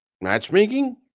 matchmaking